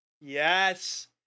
Yes